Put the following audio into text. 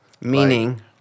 Meaning